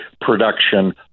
production